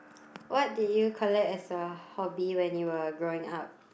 what did you collect as a hobby when you were growing up